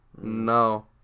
no